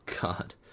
god